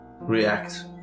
react